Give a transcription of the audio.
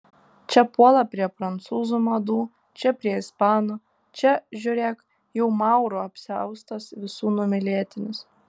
čia puola prie prancūzų madų čia prie ispanų čia žiūrėk jau maurų apsiaustas visų numylėtinis